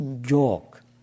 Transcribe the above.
joke